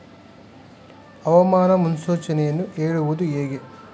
ಹವಾಮಾನ ಮುನ್ಸೂಚನೆಯನ್ನು ಹೇಳುವುದು ಹೇಗೆ?